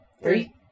Three